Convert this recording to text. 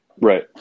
Right